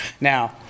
Now